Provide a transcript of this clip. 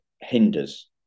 hinders